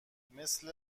مثل